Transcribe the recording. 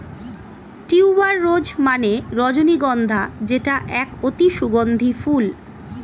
tuber rose মানে রজনীগন্ধা যেটা এক অতি সুগন্ধি ফুল